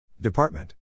Department